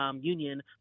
union